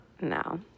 No